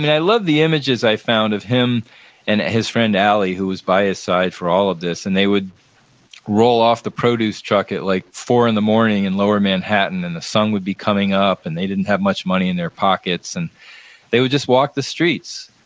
and i love the images i found of him and his friend allie, who was by his side for all of this. and they would roll off the produce truck at like four zero in the morning in lower manhattan, and the sun would be coming up and they didn't have much money in their pockets. and they would just walk the street,